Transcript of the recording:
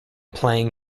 playing